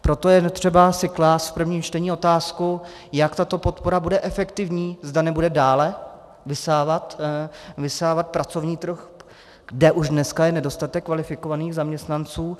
Proto je třeba si klást v prvním čtení otázku, jak tato podpora bude efektivní, zda nebude dále vysávat pracovní trh, kde už dneska je nedostatek kvalifikovaných zaměstnanců.